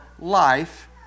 life